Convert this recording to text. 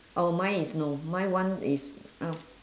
oh mine is no my one is uh